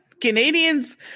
Canadians